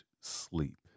sleep